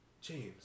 James